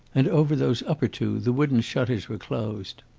and over those upper two the wooden shutters were closed.